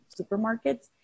supermarkets